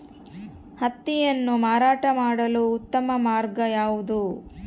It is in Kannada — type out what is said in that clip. ಹತ್ತಿಯನ್ನು ಮಾರಾಟ ಮಾಡಲು ಉತ್ತಮ ಮಾರ್ಗ ಯಾವುದು?